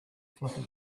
fluffy